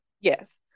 Yes